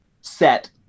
set